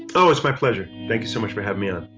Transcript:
oh it's my pleasure. thank you so much for having me. ah